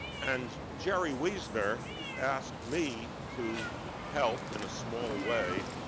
and jerry wiesner asked me to help, in a small way,